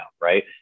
Right